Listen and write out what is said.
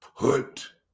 put